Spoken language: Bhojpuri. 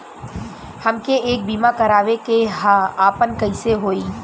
हमके एक बीमा करावे के ह आपन कईसे होई?